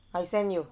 I send you